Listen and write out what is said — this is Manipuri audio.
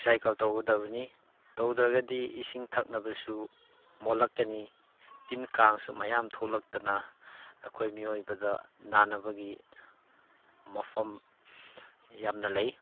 ꯔꯤꯁꯥꯏꯀꯜ ꯇꯧꯒꯗꯕꯅꯤ ꯇꯧꯗ꯭ꯔꯒꯗꯤ ꯏꯁꯤꯡ ꯊꯛꯅꯕꯁꯨ ꯃꯣꯠꯂꯛꯀꯅꯤ ꯇꯤꯟ ꯀꯥꯡꯁꯨ ꯃꯌꯥꯝ ꯊꯣꯛꯂꯛꯇꯅ ꯑꯩꯈꯣꯏ ꯃꯤꯑꯣꯏꯕꯗ ꯅꯥꯅꯕꯒꯤ ꯃꯐꯝ ꯌꯥꯝꯅ ꯂꯩ